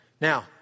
Now